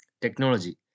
Technology